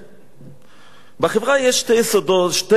בחברה יש שני יסודות, שתי אבני יסוד: